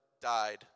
died